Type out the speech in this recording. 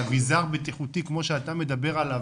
אביזר בטיחותי כמו שאתה מדבר עליו,